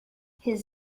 his